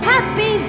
Happy